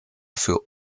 für